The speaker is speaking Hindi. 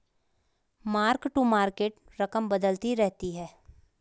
मार्क टू मार्केट रकम बदलती रहती है